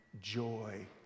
joy